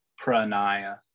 pranaya